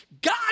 God